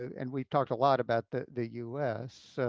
and we've talked a lot about the the us.